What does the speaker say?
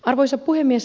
arvoisa puhemies